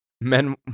Men